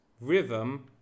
Rhythm